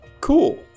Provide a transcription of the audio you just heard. cool